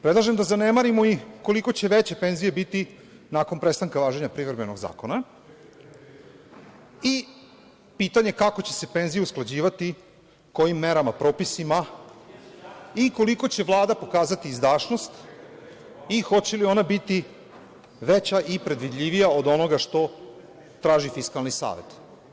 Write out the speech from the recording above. Predlažem da zanemarimo koliko će veće penzije biti nakon prestanka važenja privremenog zakona i pitanje kako će se penzije usklađivati, kojim merama, propisima i koliko će Vlada pokazati izdašnost i hoće li ona biti veća i predvidljivija od onoga što traži Fiskalni savet.